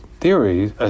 theories